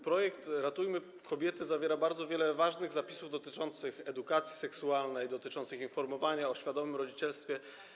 Projekt „Ratujmy kobiety” zawiera bardzo wiele ważnych zapisów dotyczących edukacji seksualnej, dotyczących informowania o świadomym rodzicielstwie.